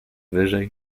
wyżej